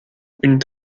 une